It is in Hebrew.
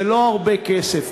זה לא הרבה כסף,